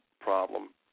problem